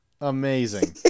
Amazing